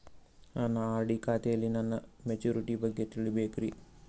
ನನ್ನ ಆರ್.ಡಿ ಖಾತೆಯಲ್ಲಿ ನನ್ನ ಮೆಚುರಿಟಿ ಬಗ್ಗೆ ತಿಳಿಬೇಕ್ರಿ